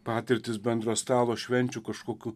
patirtis bendro stalo švenčių kažkokių